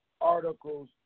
articles